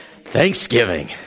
Thanksgiving